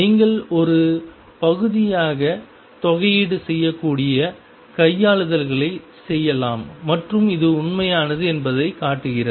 நீங்கள் ஒரு பகுதியாக தொகையீடு செய்யக்கூடிய கையாளுதல்களைச் செய்யலாம் மற்றும் இது உண்மையானது என்பதைக் காட்டுகிறது